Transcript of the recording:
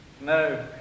No